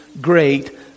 great